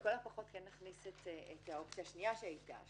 לכל הפחות כן נכניס את האופציה השנייה שהיתה.